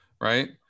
right